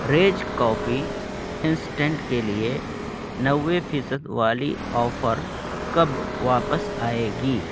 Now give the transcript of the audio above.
ریج کافی انسٹنٹ کے لیے نوے فیصد والی آفر کب واپس آئے گی